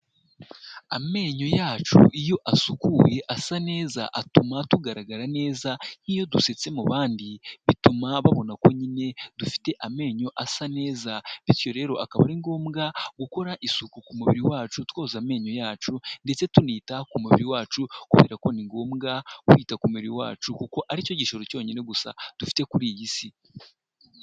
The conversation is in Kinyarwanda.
Amenyo yacu iyo asukuye asa neza atuma tugaragara neza, nk'iyo dusetse mu bandi bituma babona ko nyine dufite amenyo asa neza, bityo rero akaba ari ngombwa dukora isuku ku mubiri wacu twoza amenyo yacu ndetse tunita ku mubiri wacu, kubera ko ni ngombwa kwita ku mubiri wacu kuko ari cyo gisho cyonyine gusa dufite kuri iyi Si.